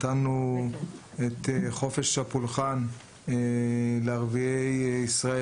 נתנו את חופש הפולחן לערביי ישראל,